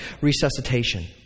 resuscitation